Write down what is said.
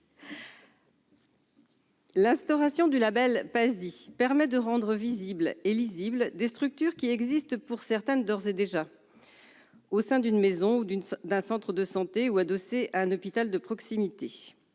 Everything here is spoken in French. L'instauration du label « PASI » permettra de rendre visibles et lisibles des structures qui existent pour certaines d'ores et déjà, au sein d'une maison, d'un centre de santé ou adossées à un hôpital de proximité.